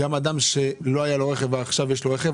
גם אדם שלא היה לו רכב ועכשיו יש לו רכב,